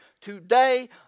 today